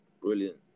Brilliant